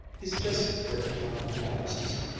he's just great on analysis.